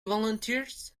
volunteers